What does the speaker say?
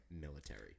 military